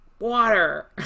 water